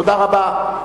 תודה רבה.